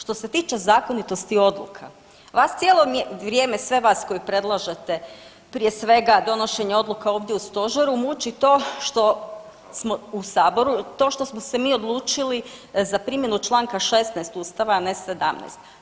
Što se tiče zakonitosti odluka, vas cijelo vrijeme, sve vas koji predlažete prije svega, donošenje odluka ovdje u Stožeru, muči to što smo, u Saboru, to što smo se mi odlučili za primjenu čl. 16 Ustava, a ne 17.